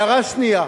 הערה שנייה: